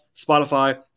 Spotify